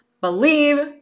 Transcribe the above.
believe